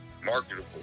marketable